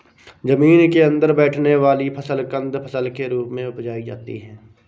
जमीन के अंदर बैठने वाली फसल कंद फसल के रूप में उपजायी जाती है